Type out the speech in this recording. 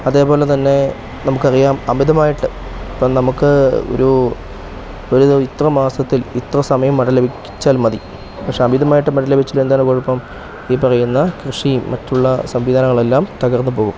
അതേപോലെ തന്നെ നമുക്ക് അറിയാം അമിതമായിട്ട് ഇപ്പം നമുക്ക് ഒരു ഒരു ദി ഇത്ര മാസത്തിൽ ഇത്ര സമയം മഴ ലഭിച്ചാൽ മതി പക്ഷേ അമിതമായിട്ട് മഴ ലഭിച്ചാൽ എന്താണ് കുഴപ്പം ഈ പറയുന്ന കൃഷിയും മറ്റുള്ള സംവിധാനങ്ങൾ എല്ലാം തകർന്ന് പോകും